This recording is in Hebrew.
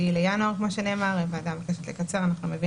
בינואר ואנחנו מבינים שהוועדה מוסמכת לקצר.